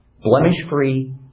blemish-free